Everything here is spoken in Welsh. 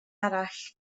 arall